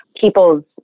people's